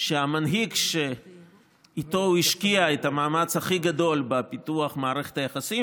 שהמנהיג שאיתו הוא השקיע את המאמץ הכי גדול בפיתוח מערכת היחסים,